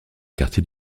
quartier